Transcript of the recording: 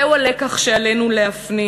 זהו הלקח שעלינו להפנים,